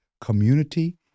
Community